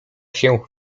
się